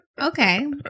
okay